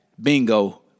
bingo